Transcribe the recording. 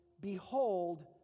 Behold